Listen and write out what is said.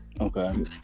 Okay